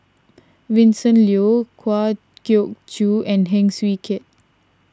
Vincent Leow Kwa Geok Choo and Heng Swee Keat